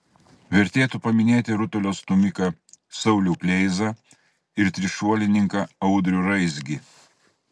vertėtų paminėti rutulio stūmiką saulių kleizą ir trišuolininką audrių raizgį